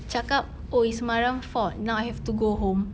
cakap oh it's mariam fault now I have to go home